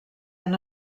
han